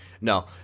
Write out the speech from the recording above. No